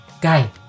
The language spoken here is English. guy